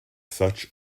such